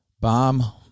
Bomb